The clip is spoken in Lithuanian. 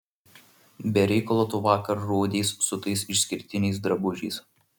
be reikalo tu vakar rodeis su tais išskirtiniais drabužiais